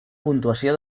puntuació